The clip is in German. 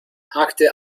hakte